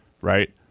right